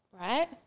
Right